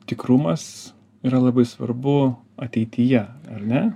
tikrumas yra labai svarbu ateityje ar ne